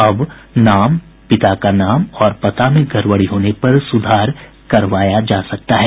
अब नाम पिता का नाम और पता में गड़बड़ी होने पर सुधार करवाया जा सकता है